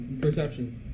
perception